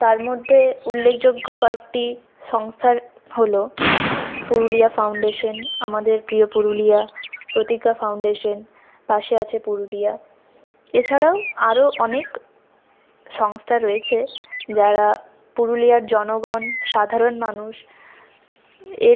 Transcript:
তার মধ্যে উল্লেখযোগ্য কয়েকটি সংস্থার হল পুরুলিয়া ফাউন্ডেশান আমাদের প্রিয় পুরুলিয়া প্রতিজ্ঞা ফাউন্ডেশান পাশে আছে পুরুলিয়া এছাড়াও আরও অনেক সংস্থা রয়েছে যারা পুরুলিয়ার জনগন সাধারণ মানুষের